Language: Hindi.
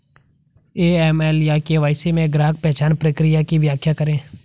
ए.एम.एल या के.वाई.सी में ग्राहक पहचान प्रक्रिया की व्याख्या करें?